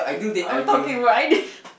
I'm talking about Aidil